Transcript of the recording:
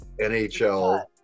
NHL